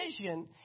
vision